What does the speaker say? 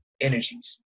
energies